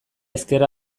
ezker